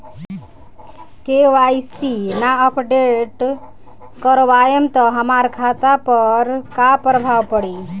KYC ना update करवाएम त हमार खाता पर का प्रभाव पड़ी?